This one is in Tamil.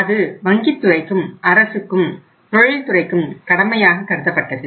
அது வங்கித் துறைக்கும் அரசுக்கும் தொழில் துறைக்கும் கடமையாக கருதப்பட்டது